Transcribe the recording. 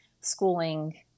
schooling